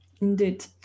indeed